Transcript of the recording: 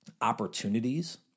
opportunities